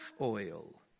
oil